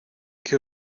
qué